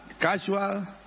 casual